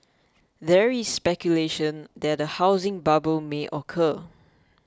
there is speculation that a housing bubble may occur